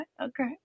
okay